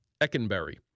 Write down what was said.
Eckenberry